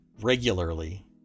regularly